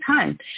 time